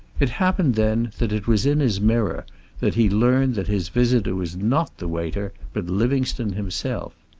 it happened, then, that it was in his mirror that he learned that his visitor was not the waiter, but livingstone himself.